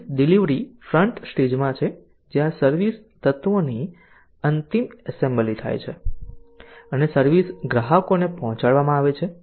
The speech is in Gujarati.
સર્વિસ ડિલિવરી ફ્રન્ટ સ્ટેજમાં છે જ્યાં સર્વિસ તત્વોની અંતિમ એસેમ્બલી થાય છે અને સર્વિસ ગ્રાહકોને પહોંચાડવામાં આવે છે